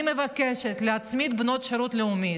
אני מבקשת להצמיד בנות שירות לאומי